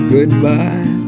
Goodbye